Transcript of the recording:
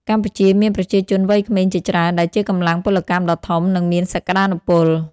កម្ពុជាមានប្រជាជនវ័យក្មេងជាច្រើន ដែលជាកម្លាំងពលកម្មដ៏ធំ និងមានសក្ដានុពល។